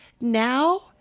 now